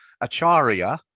Acharya